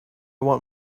want